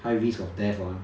high risk of death ah